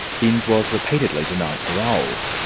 binse was repeatedly denied parole.